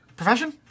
Profession